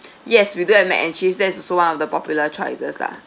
yes we do have mac and cheese there's is also one of the popular choices lah